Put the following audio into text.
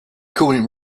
current